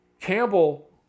Campbell